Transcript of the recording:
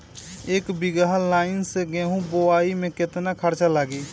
एक बीगहा लाईन से गेहूं बोआई में केतना खर्चा लागी?